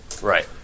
Right